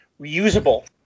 reusable